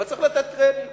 אבל צריך לתת קרדיט